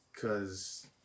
cause